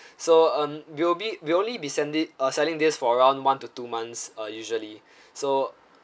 so um we'll be we only recently uh selling this for around one to two months uh usually so